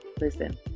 Listen